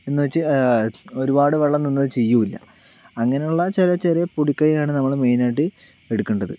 എന്നുവെച്ച് ഒരുപാട് വെള്ളം നിന്ന് അത് ചീയില്ല അങ്ങനെയുള്ള ചില ചെറിയ പൊടിക്കൈയ്യാണ് നമ്മൾ മെയിനായിട്ട് എടുക്കണ്ടത്